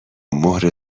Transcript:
مهر